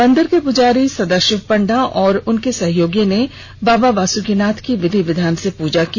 मंदिर के पुजारी सदाशिव पंडा और उनके सहयोगियों ने बाबा बासुकिनाथ की विधि विधान से पूजा की